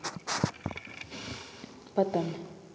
ꯐꯠꯇꯕꯅꯤ